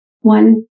one